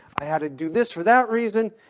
i had to do this for that reason.